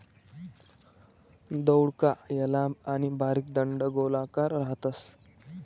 दौडका या लांब आणि बारीक दंडगोलाकार राहतस